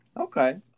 Okay